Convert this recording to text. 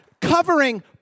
covering